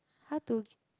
how to